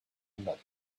another